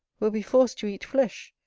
will be forced to eat flesh,